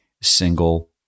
single